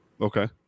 Okay